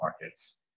markets